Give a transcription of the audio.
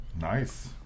Nice